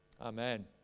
Amen